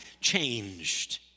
changed